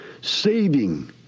saving